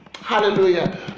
hallelujah